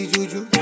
Juju